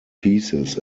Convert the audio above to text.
pieces